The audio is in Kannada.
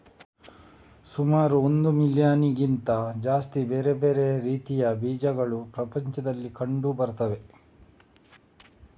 ಸುಮಾರು ಒಂದು ಮಿಲಿಯನ್ನಿಗಿಂತ ಜಾಸ್ತಿ ಬೇರೆ ಬೇರೆ ರೀತಿಯ ಬೀಜಗಳು ಪ್ರಪಂಚದಲ್ಲಿ ಕಂಡು ಬರ್ತವೆ